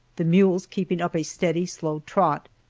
the mules keeping up a steady slow trot.